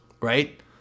right